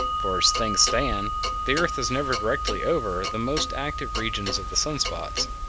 for as things stand the earth is never directly over the most active regions of the sun-spots,